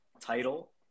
title